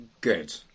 Good